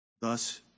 Thus